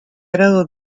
grado